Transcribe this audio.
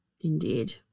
indeed